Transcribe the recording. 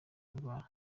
indwara